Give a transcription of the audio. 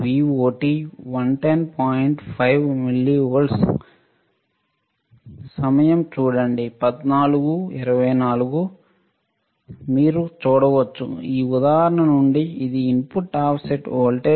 5 మిల్లీవోల్ట్లు చూడండి సమయం 1424 మీరు చూడవచ్చు ఈ ఉదాహరణ నుండి ఇది ఇన్పుట్ ఆఫ్సెట్ వోల్టేజ్